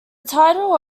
title